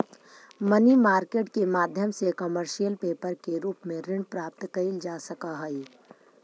money market के माध्यम से कमर्शियल पेपर के रूप में ऋण प्राप्त कईल जा सकऽ हई